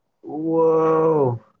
Whoa